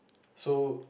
so